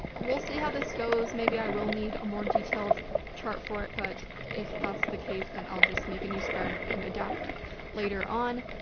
we'll see how this goes. maybe i will need a more detailed chart for it but if that's the case, then i'll just make a new spread and adapt later on.